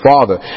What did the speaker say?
Father